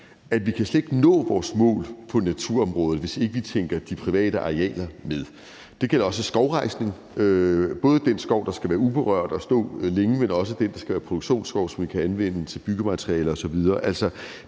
helt umuligt at nå vores mål på naturområdet, hvis vi ikke tænker de private arealer og lodsejere ind – det gælder også skovrejsning, både den skov, der skal være uberørt og stå længe, men også den, der skal være produktionsskov, som vi kan anvende til byggematerialer osv.